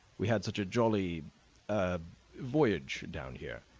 we had such a jolly a voyage down here.